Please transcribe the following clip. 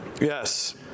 Yes